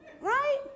Right